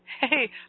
hey